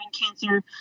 cancer